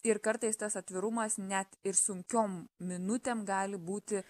ir kartais tas atvirumas net ir sunkiom minutėm gali būti